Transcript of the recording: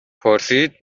پرسید